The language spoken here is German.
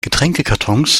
getränkekartons